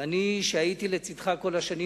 ואני שהייתי לצדך כל השנים,